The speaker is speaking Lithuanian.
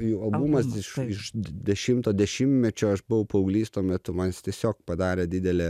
jų albumas iš iš dešimto dešimtmečio aš buvau paauglys tuo metu man jis tiesiog padarė didelę